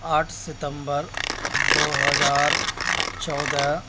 آٹھ ستمبر دو ہزار چودہ